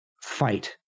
fight